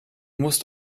musst